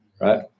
right